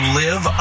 live